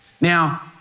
Now